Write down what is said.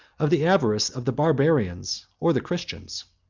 of the avarice of the barbarians or the christians.